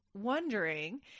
wondering